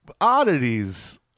oddities